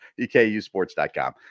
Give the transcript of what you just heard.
EKUSports.com